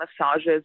massages